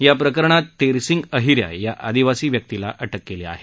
या प्रकरणात तेरसिंग अहिन्या या आदिवासी व्यक्तिला अटक केली आहे